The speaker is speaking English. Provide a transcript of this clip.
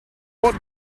what